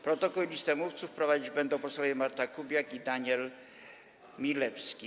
Protokół i listę mówców prowadzić będą posłowie Marta Kubiak i Daniel Milewski.